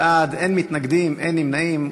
27 בעד, אין מתנגדים, אין נמנעים.